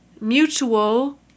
mutual